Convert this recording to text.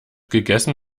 gegessen